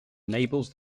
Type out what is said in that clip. enables